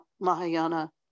Mahayana